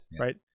right